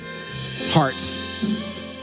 hearts